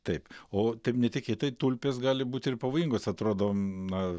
taip o taip netikėtai tulpės gali būti ir pavojingos atrodo na